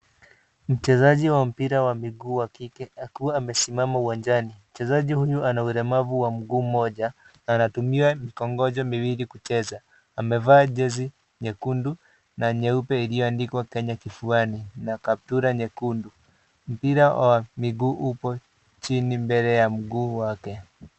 Mchezaji wa mpira wa miguu wa kike akiwa amesimama uwanjani. Mchezaji huyu ana ulemavu wa mguu mmoja na anatumia mikongoja miwili kucheza. Amevaa jezi nyekundu na nyeupe iliyoandikwa Kenya kifuani na kaptura nyekundu. Mpira wa miguu uko chini mbele ya mguu wake.